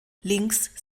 links